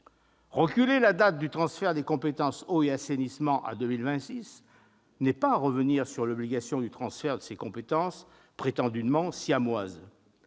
Reculer la date du transfert des compétences « eau » et « assainissement » à 2026 n'est pas revenir sur l'obligation du transfert de ces compétences prétendument siamoises.